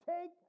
take